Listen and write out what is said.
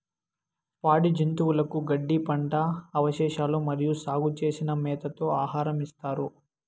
పాడి జంతువులకు గడ్డి, పంట అవశేషాలు మరియు సాగు చేసిన మేతతో ఆహారం ఇస్తారు